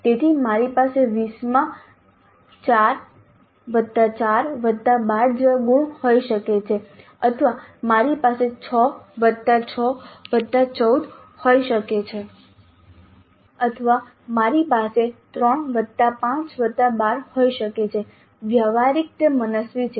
તેથી મારી પાસે 20 માં 4 4 12 જેવા ગુણ હોઈ શકે છે અથવા મારી પાસે 6 6 14 હોઈ શકે છે અથવા મારી પાસે 3 5 12 હોઈ શકે છે વ્યવહારીક તે મનસ્વી છે